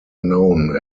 known